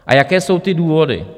A jaké jsou ty důvody?